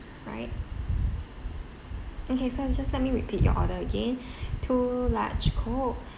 right okay so uh just let me repeat your order again two large coke